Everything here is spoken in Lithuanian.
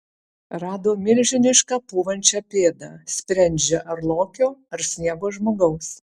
rado milžinišką pūvančią pėdą sprendžia ar lokio ar sniego žmogaus